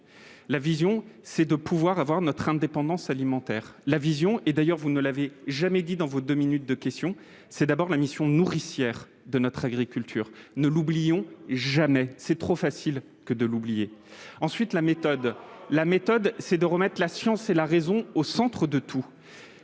la vision, c'est de pouvoir avoir notre indépendance alimentaire la vision, et d'ailleurs vous ne l'avez jamais dit dans vos 2 minutes de questions, c'est d'abord la mission nourricière de notre agriculture, ne l'oublions jamais : c'est trop facile, que de l'oublier ensuite la méthode, la méthode, c'est de remettre la science et la raison, au centre de tout